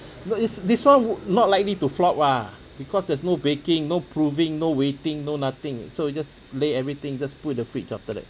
but is this one not likely to flop ah because there's no baking no proving no waiting no nothing so you just lay everything just put in the fridge after that